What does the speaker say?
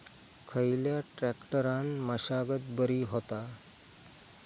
खयल्या ट्रॅक्टरान मशागत बरी होता?